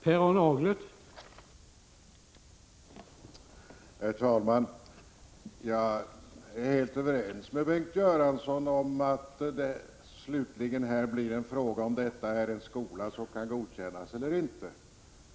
Herr talman! Jag är helt överens med Bengt Göransson om att detta slutligen blir en fråga om huruvida denna skola kan godkännas eller inte.